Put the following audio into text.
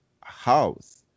house